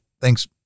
thanks